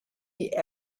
die